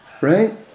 Right